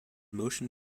motion